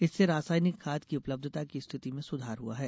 इससे रासायनिक खाद की उपलब्धता की स्थिति में सुधार हुआ है